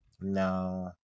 No